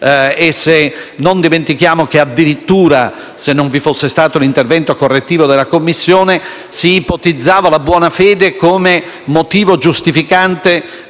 Non dimentichiamo che, se non vi fosse stato l'intervento correttivo della Commissione, si ipotizzava addirittura la buona fede come motivo giustificante